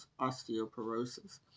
osteoporosis